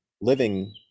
living